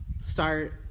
start